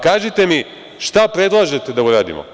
Kažite mi šta predlažemo da uradimo?